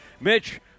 Mitch